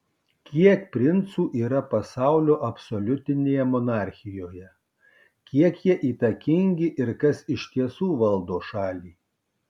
kiek princų yra pasaulio absoliutinėje monarchijoje kiek jie įtakingi ir kas iš tiesų valdo šalį